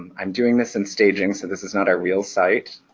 i'm doing this in staging so this is not our real site